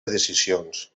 decisions